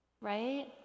right